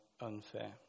unfair